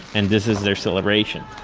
and this is their celebration.